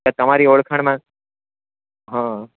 તે તમારી ઓળખાણમાં હં